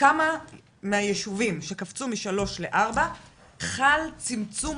בכמה מהיישובים שקפצו מ-3 ל-4 חל צמצום